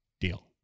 Deal